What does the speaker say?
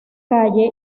calle